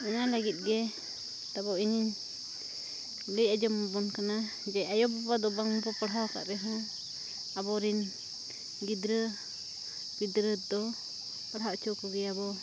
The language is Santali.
ᱚᱱᱟ ᱞᱟᱜᱤᱫ ᱜᱮ ᱛᱟᱵᱚ ᱤᱧᱤᱧ ᱞᱟᱹᱭ ᱟᱸᱡᱚᱢᱟᱵᱚᱱ ᱠᱟᱱᱟ ᱡᱮ ᱟᱭᱳᱼᱵᱟᱵᱟ ᱫᱚ ᱵᱟᱝ ᱠᱚ ᱯᱟᱲᱦᱟᱣ ᱠᱟᱫ ᱨᱮᱦᱚᱸ ᱟᱵᱚᱨᱤᱱ ᱜᱤᱫᱽᱨᱟᱹ ᱯᱤᱫᱽᱨᱟᱹ ᱫᱚ ᱯᱟᱲᱦᱟᱣ ᱚᱪᱚ ᱠᱚᱜᱮᱭᱟᱵᱚ